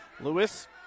Lewis